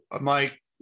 Mike